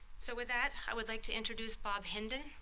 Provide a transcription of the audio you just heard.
so with that i would like to introduce bob hendon.